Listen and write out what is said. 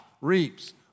reaps